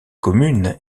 commune